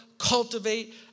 Cultivate